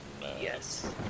Yes